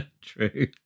True